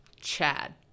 Chad